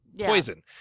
poison